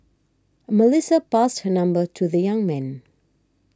Melissa passed her number to the young man